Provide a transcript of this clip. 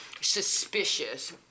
suspicious